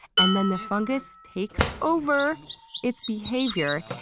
and then the fungus takes over its behavior,